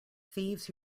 thieves